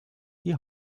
die